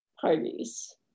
parties